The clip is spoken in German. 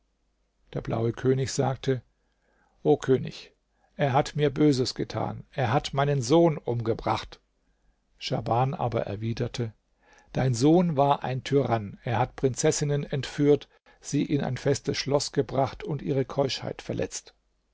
der blaue könig sagte o könig er hat mir böses getan er hat meinen sohn umgebracht schahban aber erwiderte dein sohn war ein tyrann er hat prinzessinnen entführt sie in ein festes schloß gebracht und ihre keuschheit verletzt